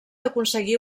aconseguir